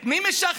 את מי משחדים?